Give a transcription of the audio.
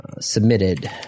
submitted